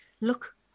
Look